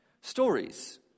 Stories